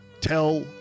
tell